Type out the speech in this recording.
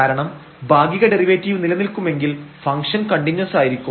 കാരണം ഭാഗിക ഡെറിവേറ്റീവ് നിലനിൽക്കുമെങ്കിൽ ഫംഗ്ഷൻകണ്ടിന്യൂസ് ആയിരിക്കും